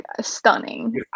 stunning